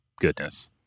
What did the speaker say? goodness